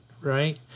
right